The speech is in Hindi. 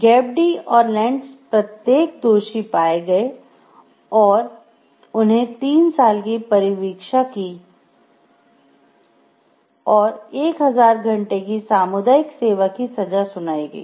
गेप डी प्रत्येक दोषी पाए गए और उन्हें तीन साल की परिवीक्षा की और और 1000 घंटे की सामुदायिक सेवा की सजा सुनाई गई